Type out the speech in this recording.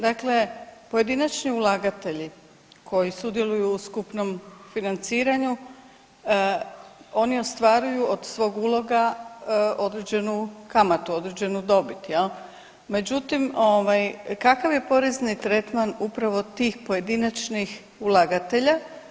Dakle, pojedinačni ulagatelji koji sudjeluju u skupnom financiranju oni ostvaruju od svog uloga određenu kamatu, određenu dobit, međutim kakav je porezni tretman upravo tih pojedinačnih ulagatelja?